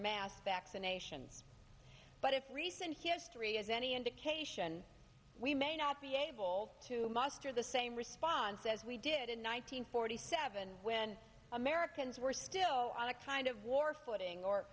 mass vaccination but if recent history is any indication we may not be able to muster the same response as we did in one nine hundred forty seven when americans were still on a kind of war footing or